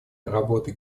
работы